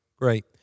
Great